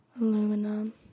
Aluminum